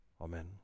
amen